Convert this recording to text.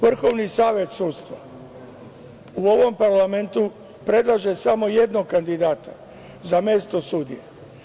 Vrhovni savet sudstva, u ovom parlamentu, predlaže samo jednog kandidata za mesto sudije.